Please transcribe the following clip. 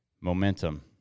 Momentum